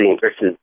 versus